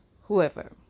whoever